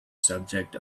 subject